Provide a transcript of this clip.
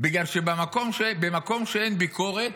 בגלל שבמקום שאין ביקורת,